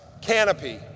Canopy